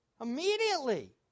immediately